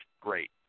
great